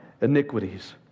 iniquities